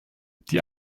die